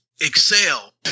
Excel